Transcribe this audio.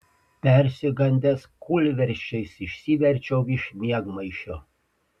persigandęs kūlversčiais išsiverčiau iš miegmaišio